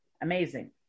Amazing